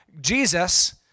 Jesus